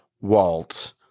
Walt